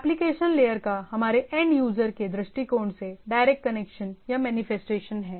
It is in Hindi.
एप्लिकेशन लेयर का हमारे एंड यूजर के दृष्टिकोण से डायरेक्ट कनेक्शन या मेनिफेस्टेशन है